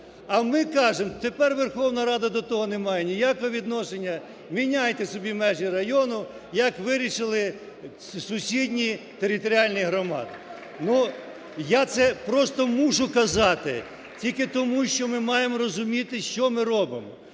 А ми кажемо, тепер Верховна Рада до того не має ніякого відношення, міняйте собі межі району, як вирішили сусідні територіальні громади. Ну, я це просто мушу казати. Тільки тому, що ми маємо розуміти, що ми робимо.